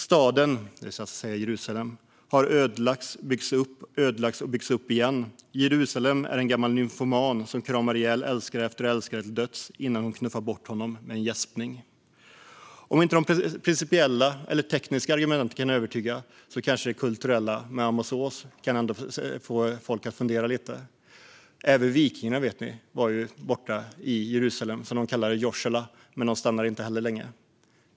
Om Jerusalem skrev han: Staden har ödelagts, byggts upp, ödelagts och byggts upp igen. Jerusalem är en gammal nymfoman som kramar ihjäl älskare efter älskare till döds, innan hon knuffar bort honom med en gäspning. Om inte de principiella eller tekniska argumenten kan övertyga kanske det kulturella och Amos Oz få folk att fundera lite. Även vikingarna var i Jerusalem, som de kallade Jorsala, men de stannade inte heller länge.